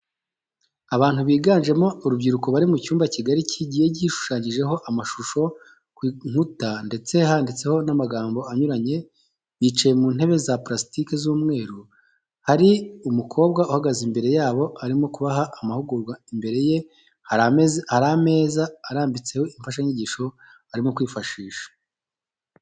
Abantu biganjemo urubyiruko bari mu cyumba kigari kigiye gishushanyijeho amashusho ku nkuta ndetse handitseho n'amagambo anyuranye bicaye ku ntebe za purasitiki z'umweru, hari umukobwa uhagaze imbere yabo arimo kubaha amahugurwa imbere ye hari ameza arambitseho imfashanyigisho arimo kwifashisha.